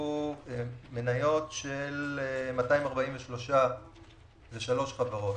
הונפקו מניות של 243 חברות.